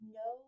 no